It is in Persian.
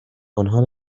آنها